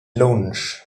lunsch